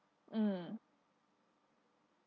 mm